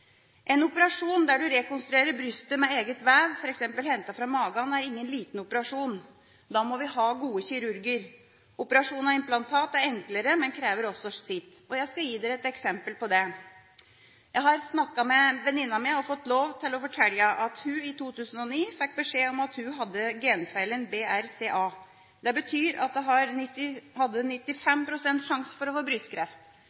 En operasjon der man rekonstruerer brystet med eget vev, f.eks. fra magen, er ingen liten operasjon. Da må vi ha gode kirurger. Operasjon av implantat er enklere, men krever også sitt. Jeg skal gi dere et eksempel på det. Jeg har snakket med min venninne og fått lov til å fortelle at hun i 2009 fikk beskjed om at hun hadde genfeilen BRCA. Det betyr at hun hadde